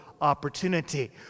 opportunity